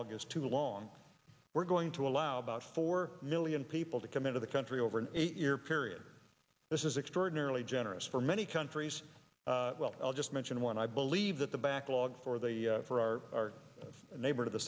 is too long we're going to allow about four million people to come into the country over an eight year period this is extraordinarily generous for many countries well i'll just mention one i believe that the backlog for the for our neighbor to the